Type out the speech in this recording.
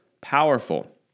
powerful